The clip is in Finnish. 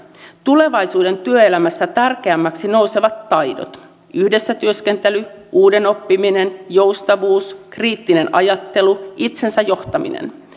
tulevaisuuden työelämässä tärkeämmäksi nousevat taidot yhdessä työskentely uuden oppiminen joustavuus kriittinen ajattelu itsensä johtaminen